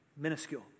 minuscule